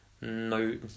No